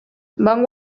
van